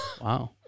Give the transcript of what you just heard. wow